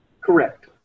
correct